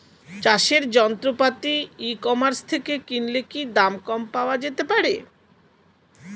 চাষের যন্ত্রপাতি e commerce থেকে কিনলে কি দাম কম পাওয়া যেতে পারে?